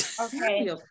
Okay